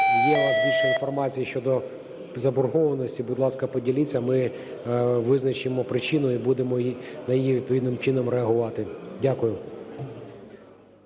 є у вас більше інформації щодо заборгованості, будь ласка, поділіться, ми визначимо причину і будемо відповідним чином реагувати. Дякую.